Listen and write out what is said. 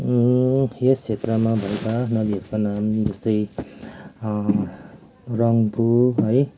यस क्षेत्रमा भएका नदीहरूको नाम जस्तै रम्फू है